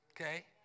Okay